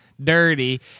dirty